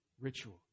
ritual